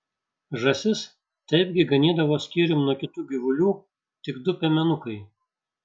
žąsis taipgi ganydavo skyrium nuo kitų gyvulių tik du piemenukai